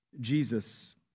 Jesus